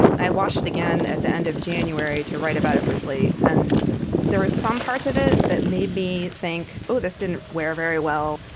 i wash it again at the end of january to write about it for slate. and there are some parts of it that made me think, oh, this didn't wear very well.